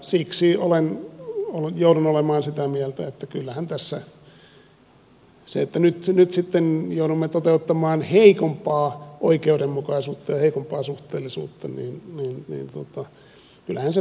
siksi joudun olemaan sitä mieltä että kyllähän tässä sen takana että nyt sitten joudumme toteuttamaan heikompaa oikeudenmukaisuutta ja heikompaa suhteellisuutta ovat kuitenkin vaalitaktiset syyt